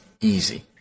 Easy